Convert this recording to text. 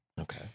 Okay